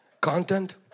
content